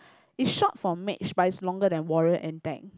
is short for mage but is longer than warrior and tank